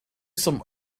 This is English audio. some